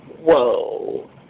whoa